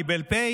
קיבל פ',